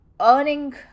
earning